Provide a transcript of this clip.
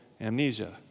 amnesia